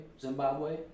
Zimbabwe